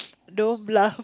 don't bluff